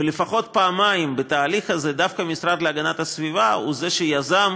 ולפחות פעמיים בתהליך הזה דווקא המשרד להגנת הסביבה הוא זה שיזם